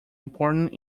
important